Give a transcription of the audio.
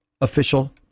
official